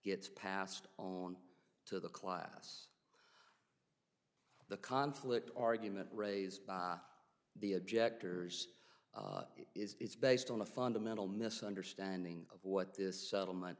gets passed on to the class the conflict argument raised the objectors is based on a fundamental misunderstanding of what this settlement